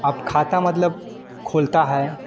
अब खाता मतलब खोलता है